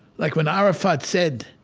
like when arafat said